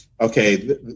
Okay